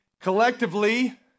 collectively